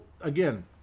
again